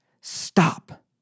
stop